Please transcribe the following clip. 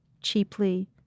cheaply